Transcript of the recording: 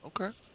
okay